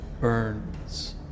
burns